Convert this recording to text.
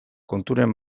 konturen